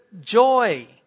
joy